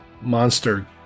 monster